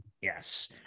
yes